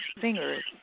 singers